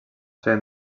seva